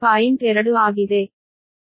2 ಆಗಿದೆ